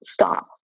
stop